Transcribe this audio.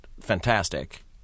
fantastic